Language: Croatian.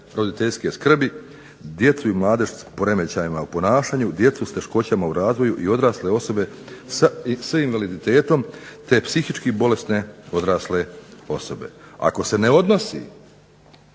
roditeljske skrbi, djecu i mladež s poremećajima u ponašanju, djecu s teškoćama u razvoju i odrasle osobe s invaliditetom, te psihičke bolesne odrasle osobe. Ako se ne odnosi